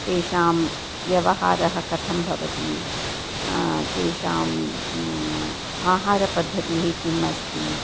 तेषां व्यवहारः कथं भवति तेषाम् आहारपद्धतिः किम् अस्ति